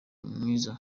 mwiza